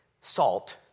salt